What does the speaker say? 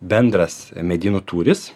bendras medynų tūris